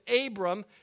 Abram